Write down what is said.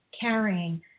carrying